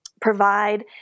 provide